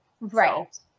right